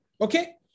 okay